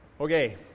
okay